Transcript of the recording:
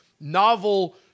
novel